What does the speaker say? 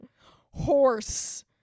Horse